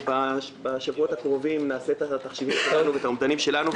בשבועות הקרובים נעשה את התחשיבים ואת האומדנים שלנו.